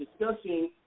discussing